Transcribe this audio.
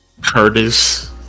Curtis